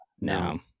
No